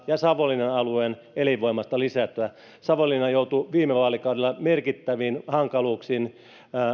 ja savonlinnan alueen elinvoimaisuutta lisätä savonlinna joutui viime vaalikaudella merkittäviin hankaluuksiin